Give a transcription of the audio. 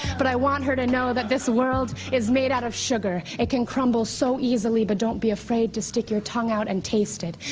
but i want her to know that this world is made out of sugar. it can crumble so easily, but don't be afraid to stick your tongue out and taste it.